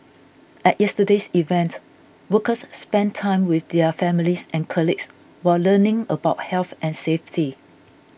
at yesterday's event workers spent time with their families and colleagues while learning about health and safety